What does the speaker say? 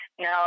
No